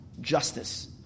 justice